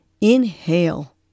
Inhale